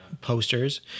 posters